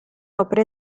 opere